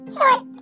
Short